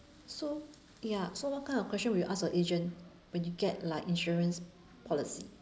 so ya so what kind of question will you ask a agent when you get like insurance policy